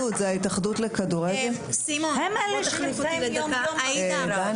הם אלה שנמצאים יום יום במגרש.